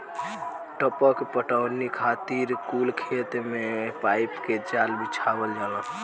टपक पटौनी खातिर कुल खेत मे पाइप के जाल बिछावल जाला